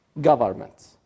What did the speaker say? government